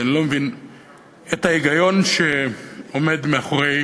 כי אני לא מבין את ההיגיון שעומד מאחורי